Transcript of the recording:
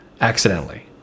accidentally